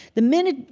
the minute,